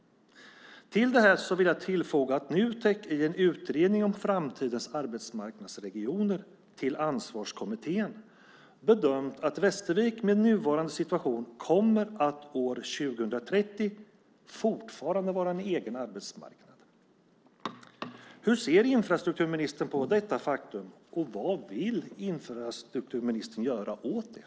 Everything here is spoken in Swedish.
Till detta vill jag foga att Nutek i en utredning om framtidens arbetsmarknadsregioner till Ansvarskommittén bedömt att Västervik med nuvarande situation kommer att år 2030 fortfarande vara en egen arbetsmarknad. Hur ser infrastrukturministern på detta faktum, och vad vill ministern göra åt det?